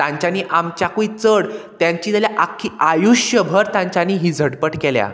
तांच्यांनी आमच्याकूय चड तेंची जाल्यार आख्खी आयुश्य भर तांच्यांनी हिझटपट केल्या